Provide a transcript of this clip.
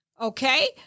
Okay